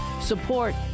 Support